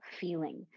feeling